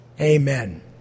Amen